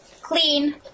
Clean